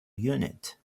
unit